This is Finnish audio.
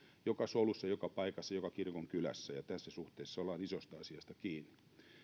joka solussa joka paikassa joka kirkonkylässä tässä suhteessa ollaan isossa asiassa kiinni